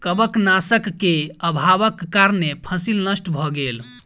कवकनाशक के अभावक कारणें फसील नष्ट भअ गेल